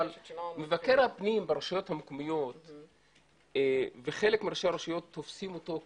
אבל מבקר הפנים ברשויות המקומיות וחלק מראשי הרשויות תופסים אותו כאנטי.